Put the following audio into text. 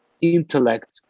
intellect